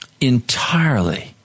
entirely